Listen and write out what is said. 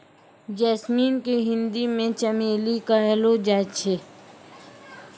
jasmine के हिंदी मे चमेली कहलो जाय छै